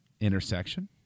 intersection